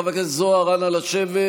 חבר הכנסת זוהר, אנא לשבת.